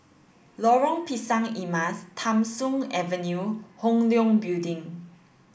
Lorong Pisang Emas Tham Soong Avenue and Hong Leong Building